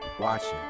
Watching